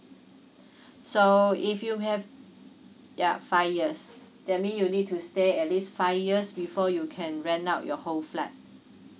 so if you have ya five years that mean you need to stay at least five years before you can rent out your whole flat